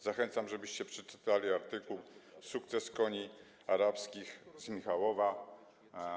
Zachęcam, żebyście przeczytali artykuł: sukces koni arabskich z Michałowa.